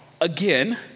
again